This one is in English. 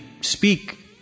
speak